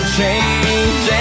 change